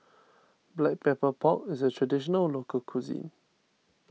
Black Pepper Pork is a Traditional Local Cuisine